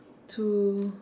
to